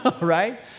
Right